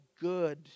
good